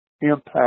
impact